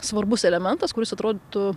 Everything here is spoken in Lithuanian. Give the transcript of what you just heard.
svarbus elementas kuris atrodytų